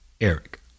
Eric